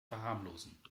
verharmlosen